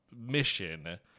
mission